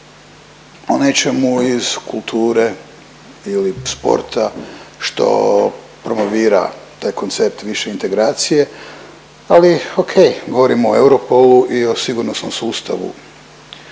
o nečemu iz kulture ili sporta što promovira taj koncert više integracije ali ok govorimo o Europol-u i o sigurnosnom sustavu